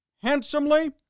handsomely